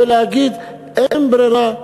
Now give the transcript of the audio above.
ולהגיד: אין ברירה,